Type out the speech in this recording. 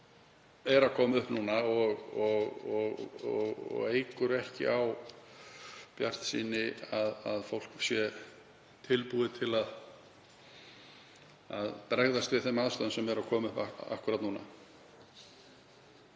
er að koma upp núna og eykur ekki á bjartsýni á að fólk sé tilbúið til að bregðast við þeim aðstæðum sem eru akkúrat núna.